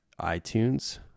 iTunes